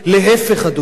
להיפך, אדוני.